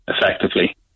effectively